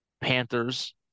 panthers